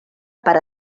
per